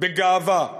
בגאווה,